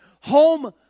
Home